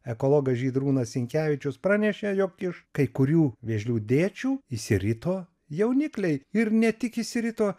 ekologas žydrūnas sinkevičius pranešė jog iš kai kurių vėžlių dėčių išsirito jaunikliai ir ne tik išsirito